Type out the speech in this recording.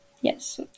Yes